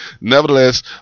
Nevertheless